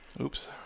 Oops